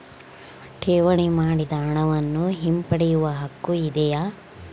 ಠೇವಣಿ ಮಾಡಿದ ಹಣವನ್ನು ಹಿಂಪಡೆಯವ ಹಕ್ಕು ಇದೆಯಾ?